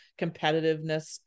competitiveness